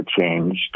changed